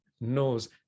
knows